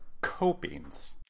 copings